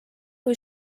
kui